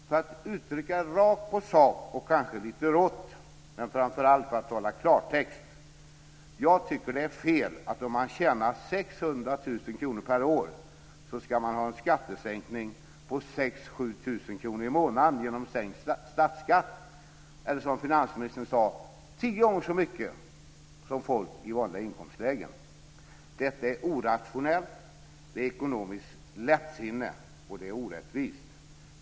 För att uttrycka det rakt på sak och kanske lite rått, men framför allt för att tala i klartext: Jag tycker att det är fel att man ska ha en skattesänkning på 6 000-7 000 kr i månaden genom sänkt statsskatt om man tjänar 600 000 kr per år, eller som finansministern sade, tio gånger så mycket som folk i vanliga inkomstlägen. Detta är orationellt, det är ekonomiskt lättsinne, och det är orättvist.